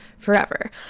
forever